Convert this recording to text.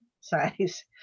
size